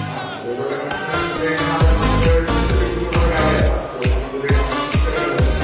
ആ നിലവിലുള്ള connection extend ചെയ്യുകയാണേൽ അതിന് നമുക്ക് വലിയ ബുദ്ധിമുട്ടുള്ള കാര്യമല്ല കാരണം പുതിയ കണക്ഷൻ എടുക്കണ്ടല്ലോ